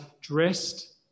dressed